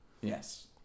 Yes